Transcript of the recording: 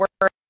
work